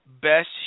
best